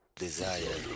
desire